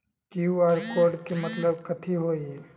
QR code के मतलब कथी होई?